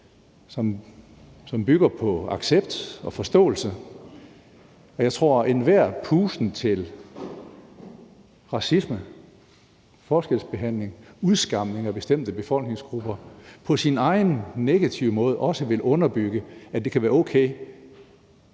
som bygger på accept og forståelse. Og jeg tror, at enhver pusten til racisme, forskelsbehandling og udskamning af bestemte befolkningsgrupper på sin egen negative måde også vil underbygge, at det kan være okay